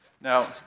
Now